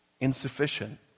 insufficient